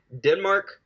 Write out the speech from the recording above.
Denmark